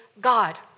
God